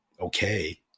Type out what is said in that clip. okay